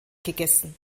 gegessen